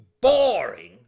boring